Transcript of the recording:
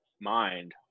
mind